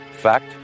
Fact